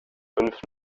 fünf